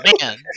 man